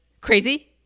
Crazy